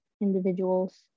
individuals